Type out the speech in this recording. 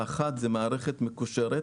האחד הוא מערכת מקושרת,